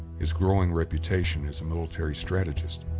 his growing reputation as a military strategist,